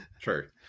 True